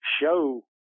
show